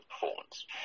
performance